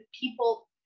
people